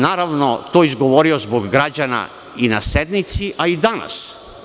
Naravno, to sam izgovorio zbog građana i na sednici, a i danas.